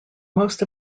most